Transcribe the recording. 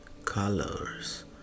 colors